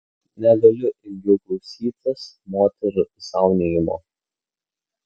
negaliu ilgiau klausytis moterų zaunijimo